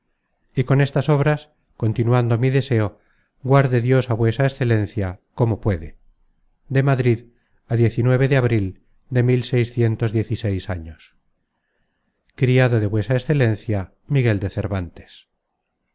y con estas obras continuando mi deseo guarde dios á vuesa excelencia como puede de madrid á de abril de años criado de vuesa excelencia miguel de cervántes